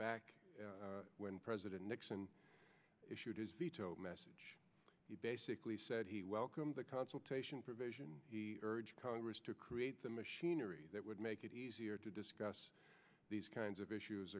back when president nixon issued his veto message he basically said he welcomed the consultation provision he urged congress to create the machinery that would make it easier to discuss these kinds of issues